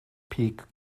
peak